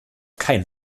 keinen